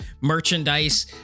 merchandise